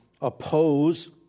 oppose